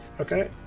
okay